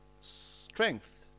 strength